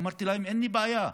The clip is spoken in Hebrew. אמרתי להם: אין לי בעיה,